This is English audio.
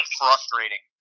frustrating